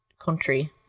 country